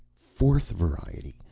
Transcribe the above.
fourth variety.